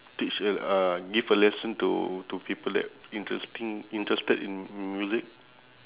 teach a uh give a lesson to to people that interesting interested in in music